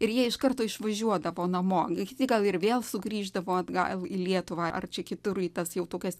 ir jie iš karto išvažiuodavo namo kiti gal ir vėl sugrįždavo atgal į lietuvą ar čia kitur į tas jau tokias